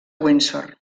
windsor